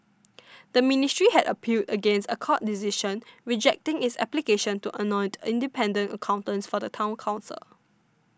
the ministry had appealed against a court decision rejecting its application to appoint independent accountants for the Town Council